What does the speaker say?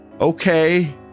Okay